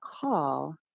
call